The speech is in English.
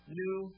new